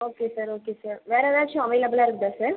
okay sir okay sir வேறு ஏதாச்சும் அவைளபிலாக இருக்குதா சார்